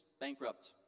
bankrupt